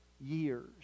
years